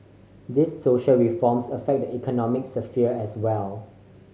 these social reforms affect the economic sphere as well